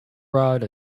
rod